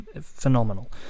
phenomenal